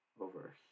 over